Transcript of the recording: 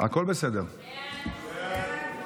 הצעת ועדת הכנסת להעביר את